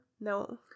No